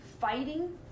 fighting